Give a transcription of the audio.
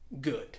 good